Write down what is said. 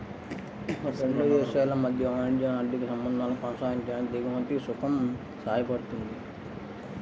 రెండు దేశాల మధ్య వాణిజ్య, ఆర్థిక సంబంధాలను కొనసాగించడానికి దిగుమతి సుంకం సాయపడుతుంది